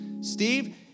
Steve